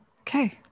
Okay